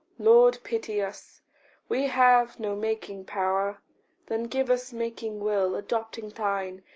lord, pity us we have no making power then give us making will, adopting thine.